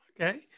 okay